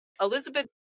Elizabeth